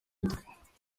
twe